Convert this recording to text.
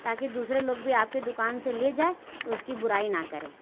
تاکہ دوسرے لوگ بھی آپ کے دکان سے لے جائے تو اس کی برائی نہ کریں